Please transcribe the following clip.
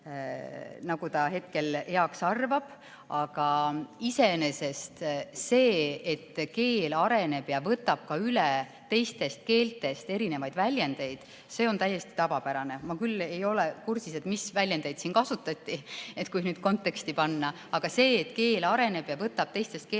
nagu ta heaks arvab. Aga iseenesest see, et keel areneb ja võtab ka üle teistest keeltest erinevaid väljendeid, on täiesti tavapärane. Ma küll ei ole kursis, mis väljendeid siin kasutati, kui nüüd konteksti arvestada. Aga see, et keel areneb ja võtab teistest keeltest